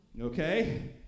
Okay